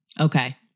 Okay